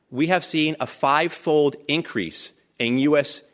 we have seen a fivefold increase in u. s.